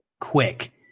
quick